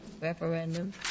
referendum